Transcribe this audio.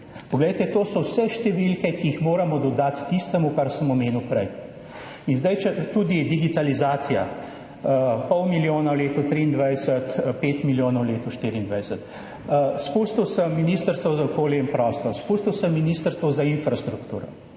to so vse številke, ki jih moramo dodati tistemu, kar sem omenil prej. Tudi digitalizacija – 0,5 milijona v leto 2023, 5 milijonov v letu 2024. Izpustil sem Ministrstvo za okolje in prostor, izpustil sem Ministrstvo za infrastrukturo,